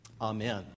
Amen